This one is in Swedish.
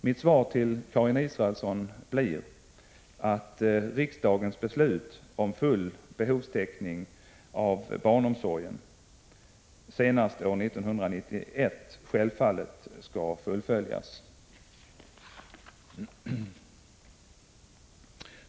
Mitt svar till Karin Israelsson blir att riksdagens beslut om full behovstäckning av barnomsorgen senast år 1991 självfallet skall fullföljas.